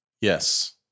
Yes